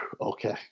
okay